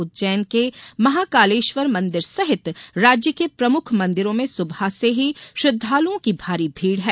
उज्जैन के महाकालेश्वर मंदिर सहित राज्य के प्रमुख मंदिरों में सुबह से ही श्रद्दालुओं की भारी भीड है